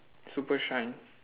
super shine